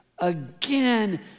again